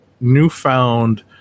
newfound